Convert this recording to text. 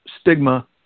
stigma